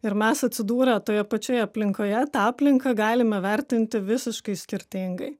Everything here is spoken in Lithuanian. ir mes atsidūrę toje pačioje aplinkoje tą aplinką galime vertinti visiškai skirtingai